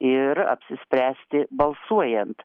ir apsispręsti balsuojant